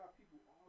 people